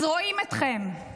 אז רואים אתכם.